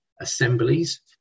assemblies